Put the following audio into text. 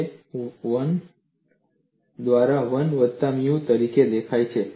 તે 1 દ્વારા 1 વત્તા ન્યુ તરીકે દેખાય છે